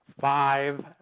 five